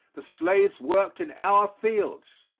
the slaves worked in our fields.